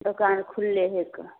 दोकान खुल्ले हइके